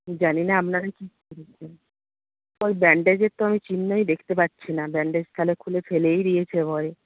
জানি না আপনারা কী কই ব্যান্ডেজের তো আমি চিহ্নই দেখতে পাচ্ছি না ব্যান্ডেজ তাহলে খুলে ফেলেই দিয়েছে ভয়ে